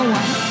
one